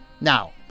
Now